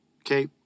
Okay